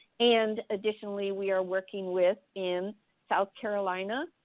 and additionally we are working with, in south carolina,